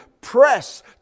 Press